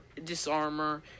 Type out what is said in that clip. disarmor